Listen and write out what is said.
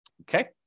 Okay